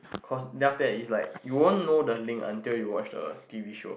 cause then after that is like you won't know the link until you watch the T_V show